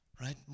right